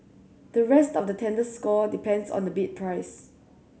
the rest of the tender score depends on the bid price